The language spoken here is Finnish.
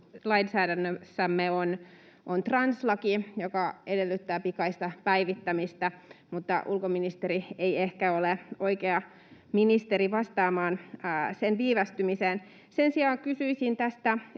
lainsäädännössämme on translaki, joka edellyttää pikaista päivittämistä, mutta ulkoministeri ei ehkä ole oikea ministeri vastaamaan sen viivästymiseen. Sen sijaan kysyisin tästä